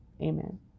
amen